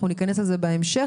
אנחנו ניכנס לזה בהמשך,